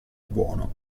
buono